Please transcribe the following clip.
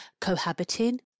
cohabiting